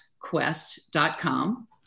quest.com